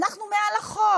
אנחנו מעל החוק.